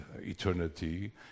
eternity